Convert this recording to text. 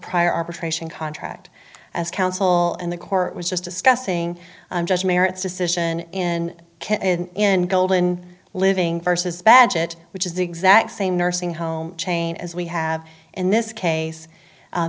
prior arbitration contract as counsel and the court was just discussing i'm just merits decision in in golden living versus badgett which is the exact same nursing home chain as we have in this case